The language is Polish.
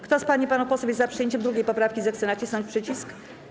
Kto z pań i panów posłów jest za przyjęciem 2. poprawki, zechce nacisnąć przycisk.